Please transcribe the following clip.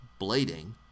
blading